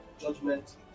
judgment